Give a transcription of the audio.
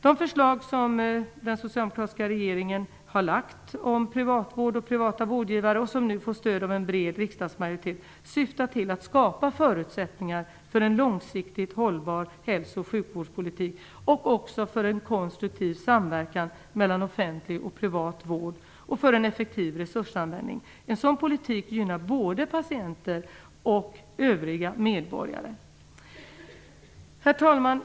De förslag som den socialdemokratiska regeringen har lagt fram om privatvård och privata vårdgivare, som nu får stöd av en bred riksdagsmajoritet, syftar till att skapa förutsättningar för en långsiktigt hållbar hälso och sjukvårdspolitik, och också för en konstruktiv samverkan mellan offentlig och privat vård och för en effektiv resursanvändning. En sådan politik gynnar både patienter och övriga medborgare. Herr talman!